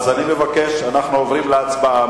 אז אני מבקש, אנחנו עוברים להצבעה.